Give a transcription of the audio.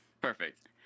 Perfect